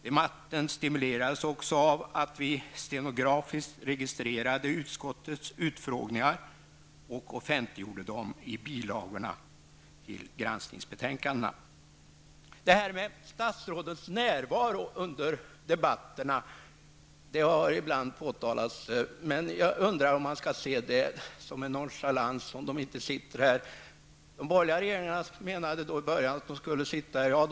Debatten stimulerades också av att vi stenografiskt registrerade utskottets utfrågningar och offentliggjorde dem i bilagorna till granskningsbetänkandena. Statsrådens närvaro under debatterna har ibland diskuterats. Jag undrar om det verkligen skall ses som en nonchalans om statsråden inte är närvarande. De borgerliga regeringarna menade i början av deras regeringstid att de skulle vara närvarande.